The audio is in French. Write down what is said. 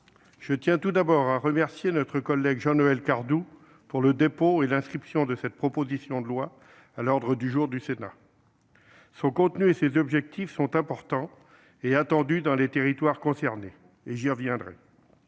je tiens tout d'abord à remercier notre collègue Jean-Noël Cardoux pour le dépôt et l'inscription de cette proposition de loi à l'ordre du jour du Sénat. Son contenu et ses objectifs sont importants et attendus dans les territoires concernés, j'y reviendrai.